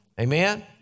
Amen